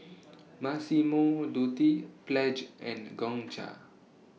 Massimo Dutti Pledge and Gongcha